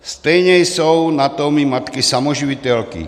Stejně jsou na tom i matky samoživitelky.